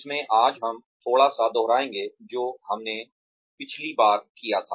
जिसमें आज हम थोड़ा सा दोहराएँगे जो हमने पिछली बार किया था